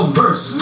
verse